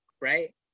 right